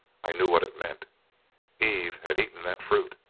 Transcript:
i knew what it meant eve had eaten that fruit,